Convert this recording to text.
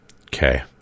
Okay